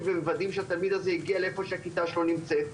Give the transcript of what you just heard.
ומוודאים שהתלמיד הגיע לאיפה שהכיתה שלו נמצאת.